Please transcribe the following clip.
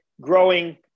growing